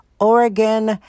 Oregon